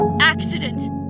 accident